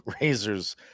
Razors